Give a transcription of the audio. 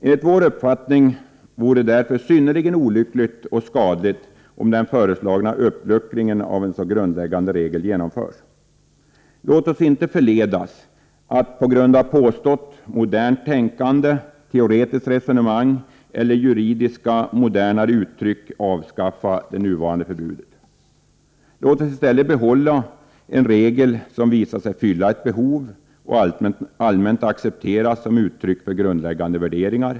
Enligt vår uppfattning vore det därför synnerligen olyckligt och skadligt om den föreslagna uppluckringen av en så grundläggande regel genomförs. Låt oss inte förledas att på grund av påstått modernt tänkande, teoretiskt resonemang eller juridiska modernare uttryck avskaffa det nuvarande förbudet. Låt oss i stället behålla en regel som visar sig fylla ett behov och allmänt accepteras som uttryck för grundläggande värderingar.